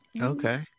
Okay